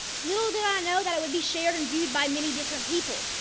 little did i know that it would be shared and viewed by many different people.